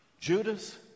Judas